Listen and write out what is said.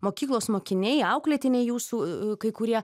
mokyklos mokiniai auklėtiniai jūsų kai kurie